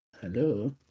hello